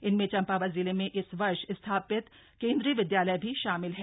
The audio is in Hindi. इनमें चम्पावत जिले में इस वर्ष स्थापित केंद्रीय विद्यालय भी शामिल है